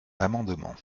l’amendement